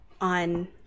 on